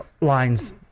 lines